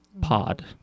pod